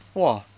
!wah!